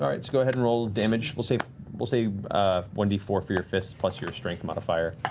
all right, so go ahead and roll damage. we'll say we'll say one d four for your fists plus your strength modifier.